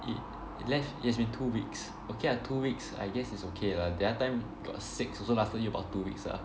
it it has it has been two weeks okay ah two weeks I guess it's okay lah the other time got six also lasted you about two weeks ah